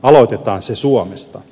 aloitetaan se suomesta